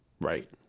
Right